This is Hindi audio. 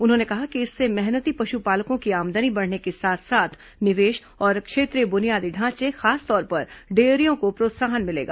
उन्होंने कहा कि इससे मेहनती पशुपालकों की आमदनी बढ़ने के साथ साथ निवेश और क्षेत्रीय बुनियादी ढांचे खासतौर पर डेयरियों को प्रोत्साहन मिलेगा